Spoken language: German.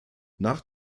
nach